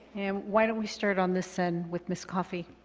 and why don't we start on this end with ms. coffey.